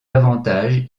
avantages